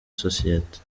sosiyete